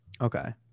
Okay